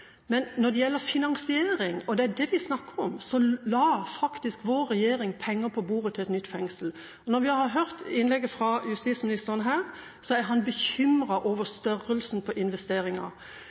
Men når det gjelder finansiering – og det er det vi snakker om – la faktisk vår regjering penger på bordet til et nytt fengsel. Vi har hørt i innlegget fra justisministeren her at han er bekymret over størrelsen på